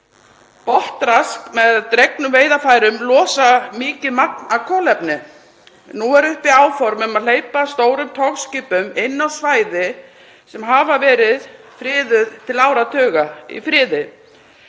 Botnrask með dregnum veiðarfærum losar mikið magn af kolefni. Nú eru uppi áform um að hleypa stórum togskipum inn á svæði sem hafa verið í friði til áratuga. Það